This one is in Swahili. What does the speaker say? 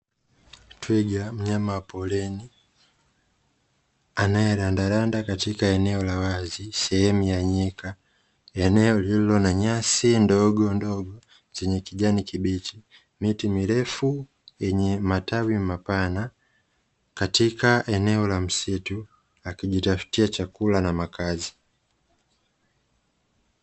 Twiga mnyama wa porini anaerandaeanda katika eneo la wazi sehemu ya nyika, eneo lililo na nyasi ndogo ndogo zenye kijani kibichi, miti mirefu yenye matawi mapana katika eneo la msitu akijitafutia chakula na makazi.